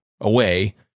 away